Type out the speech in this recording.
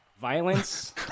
violence